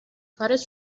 کارت